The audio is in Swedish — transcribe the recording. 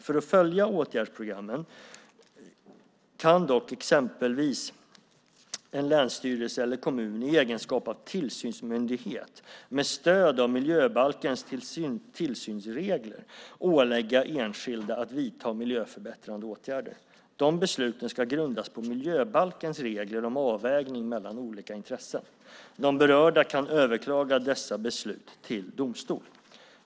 För att följa ett åtgärdsprogram kan dock exempelvis en länsstyrelse eller kommun i egenskap av tillsynsmyndighet med stöd av miljöbalkens tillsynsregler ålägga enskilda att vidta miljöförbättrande åtgärder. De besluten ska grundas på miljöbalkens regler om avvägning mellan olika intressen. De berörda kan överklaga dessa beslut till domstol.